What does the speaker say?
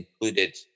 included